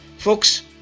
Folks